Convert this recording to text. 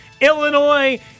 Illinois